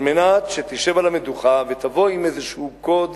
על מנת שתשב על המדוכה ותבוא עם איזה קוד